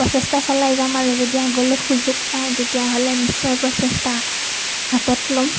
প্ৰচেষ্টা চলাই যাম আৰু যদি আগলৈ সুযোগ পাওঁ তেতিয়াহ'লে নিশ্চয় প্ৰচেষ্টা হাতত ল'ম